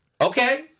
Okay